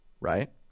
right